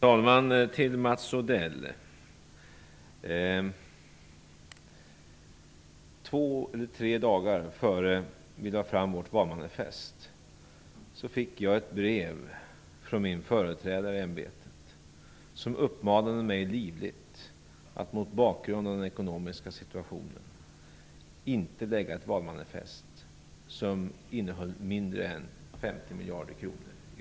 Herr talman! Till Mats Odell: Två eller tre dagar innan vi lade fram vårt valmanifest fick jag ett brev från min företrädare i ämbetet, som livligt uppmanade mig att mot bakgrund av den ekonomiska situationen inte lägga fram ett valmanifest som skulle innehålla mindre än 50 miljarder i